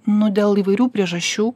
nu dėl įvairių priežasčių